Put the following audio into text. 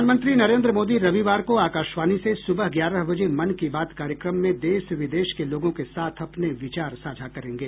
प्रधानमंत्री नरेन्द्र मोदी रविवार को आकाशवाणी से सूबह ग्यारह बजे मन की बात कार्यक्रम में देश विदेश के लोगों के साथ अपने विचार साझा करेंगे